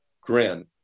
grin